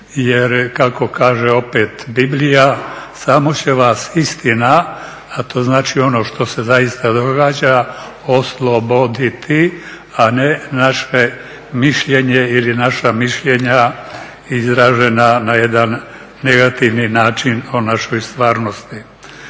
jer kako kaže opet Biblija "Samo će vas istina, a to znači ono što se zaista događa osloboditi, a ne naše mišljenje ili naša mišljenja izražena na jedan negativni način o našoj stvarnosti."